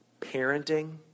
parenting